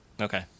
okay